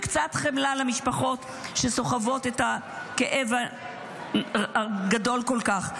קצת חמלה למשפחות שסוחבות את הכאב הגדול כל כך.